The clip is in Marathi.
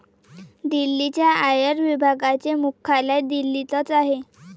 दिल्लीच्या आयकर विभागाचे मुख्यालय दिल्लीतच आहे